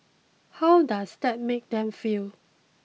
how does that make them feel